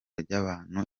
ry’abantu